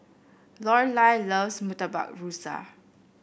Lorelai loves Murtabak Rusa